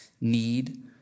need